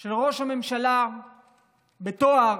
של ראש הממשלה בתואר